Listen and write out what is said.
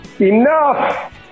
Enough